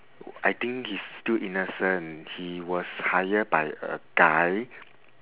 I think he's still innocent he was hired by a guy